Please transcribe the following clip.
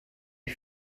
est